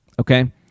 okay